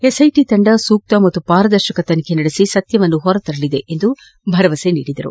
SIT ತಂಡ ಸೂಕ್ತ ಮತ್ತು ಪಾರದರ್ಶಕ ತನಿಖೆ ನಡೆಸಿ ಸತ್ಯವನ್ನು ಹೊರತರಲಿದೆ ಎಂದು ಭರವಸೆ ನೀಡಿದರು